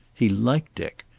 he liked dick.